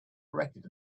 corrected